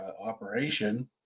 operation